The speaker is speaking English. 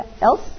else